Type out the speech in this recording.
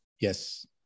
yes